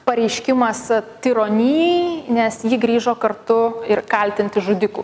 pareiškimas tironijai nes ji grįžo kartu ir kaltinti žudikų